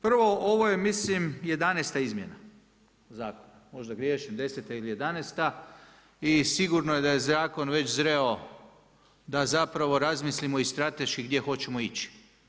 Prvo ovo je mislim 11 izmjena zakona, možda griješim 10 ili 11 i sigurno da je zakon već zreo da zapravo razmislimo i strateški gdje hoćemo ići.